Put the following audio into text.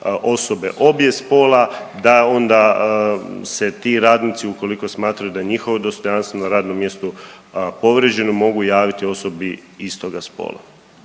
obje spola da onda se ti radnici ukoliko smatraju da je njihovo dostojanstvo na radnom mjesto povrijeđeno mogu javiti osobi istoga spola.